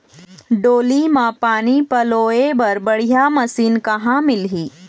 डोली म पानी पलोए बर बढ़िया मशीन कहां मिलही?